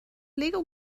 lego